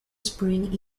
spring